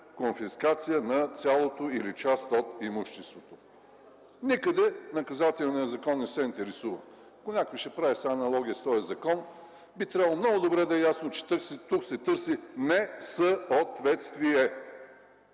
конфискация на цялото или част от имуществото. Никъде наказателният закон не се интересува. Ако някой прави аналогия с този закон, би трябвало много да е ясно, че тук се търси не съ от вет-стви-е.